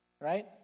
Right